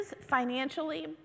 financially